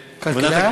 הכלכלה?